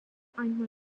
einmal